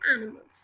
animals